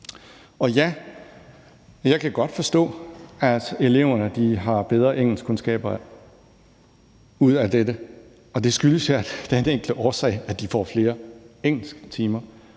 Og ja, jeg kan godt forstå, at eleverne får bedre engelskkundskaber ud af dette, og det er jo af den enkle årsag, at de får flere engelsktimer.